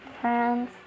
friends